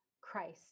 Christ